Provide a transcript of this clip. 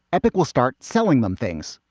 epic will start selling them things.